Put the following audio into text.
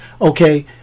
okay